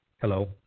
Hello